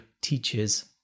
teaches